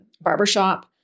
barbershop